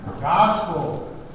Gospel